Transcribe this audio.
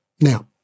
now